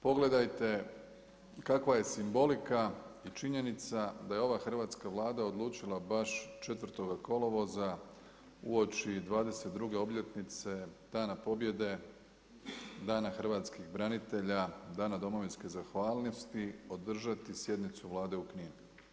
Pogledajte kakva je simbolika i činjenica da je ova hrvatska Vlada odlučila baš 4. kolovoza uoči 22. obljetnice Dana pobjede, Dana hrvatskih branitelja, Dana domovinske zahvalnosti održati sjednicu Vlade u Kninu.